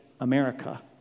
America